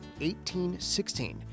1816